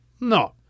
No